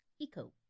Eco